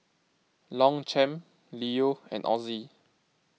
Longchamp Leo and Ozi